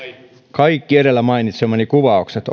kaikki edellä mainitsemani kuvaukset